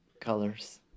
colors